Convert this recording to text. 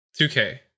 2k